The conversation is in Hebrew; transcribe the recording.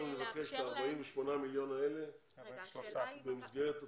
נבקש את ה-48 מיליון אלה במסגרת התוכנית.